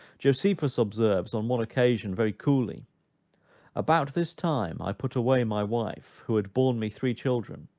josephus observes, on one occasion, very coolly about this time i put away my wife, who had borne me three children,